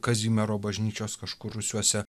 kazimiero bažnyčios kažkur rūsiuose